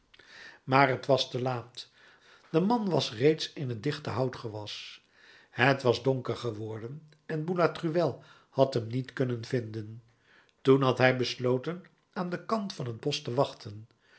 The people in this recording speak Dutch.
maar t was te laat de man was reeds in het dichte houtgewas het was donker geworden en boulatruelle had hem niet kunnen vinden toen had hij besloten aan den kant van t bosch te wachten